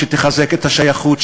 שתחזק את השייכות,